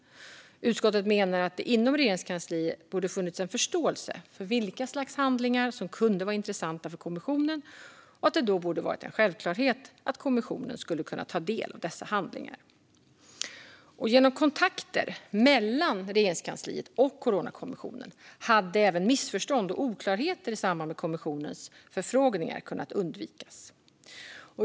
Utskottet menar att det inom Regeringskansliet borde ha funnits en förståelse för vilka slags handlingar som kunde vara intressanta för kommissionen och att det borde ha varit en självklarhet att kommissionen skulle kunna ta del av dessa handlingar. Genom kontakter mellan Regeringskansliet och Coronakommissionen hade även missförstånd och oklarheter i samband med kommissionens förfrågningar kunnat undvikas.